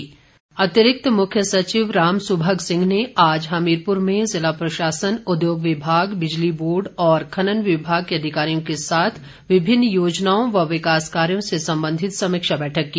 समीक्षा बैठक अतिरिक्त मुख्य सचिव राम सुभग सिंह ने आज हमीरपुर में जिला प्रशासन उद्योग विभाग बिजली बोर्ड और खनन विभाग के अधिकारियों के साथ विभिन्न योजनाओं और विकास कार्यों से संबंधित समीक्षा बैठक की